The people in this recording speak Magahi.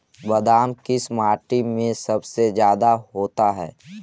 बादाम किस माटी में सबसे ज्यादा होता है?